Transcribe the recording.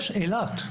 יש את אילת,